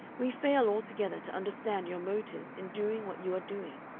we fail altogether to understand your motives in doing what you are doing,